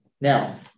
Now